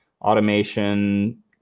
automation